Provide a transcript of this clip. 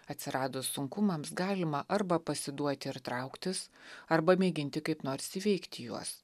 atsiradus sunkumams galima arba pasiduoti ir trauktis arba mėginti kaip nors įveikti juos